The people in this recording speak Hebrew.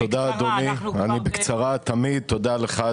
תודה לך,